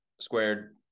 squared